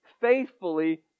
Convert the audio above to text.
faithfully